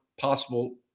possible